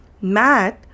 Math